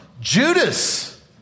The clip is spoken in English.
Judas